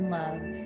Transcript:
love